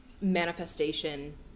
manifestation